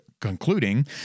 concluding